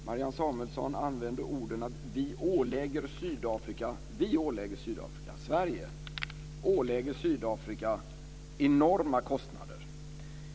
Marianne Samuelsson använde orden: Vi, Sverige, ålägger Sydafrika enorma kostnader.